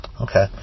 Okay